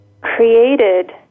created